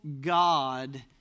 God